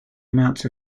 amounts